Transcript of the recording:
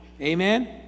Amen